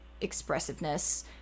expressiveness